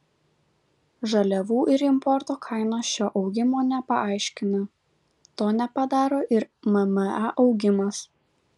žaliavų ir importo kainos šio augimo nepaaiškina to nepadaro ir mma augimas